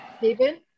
David